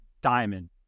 diamond